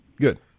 Good